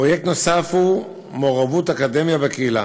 פרויקט נוסף הוא מעורבות אקדמיה בקהילה,